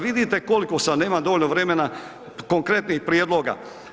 Vidite koliko sam, nemam dovoljno vremena, konkretnih prijedloga.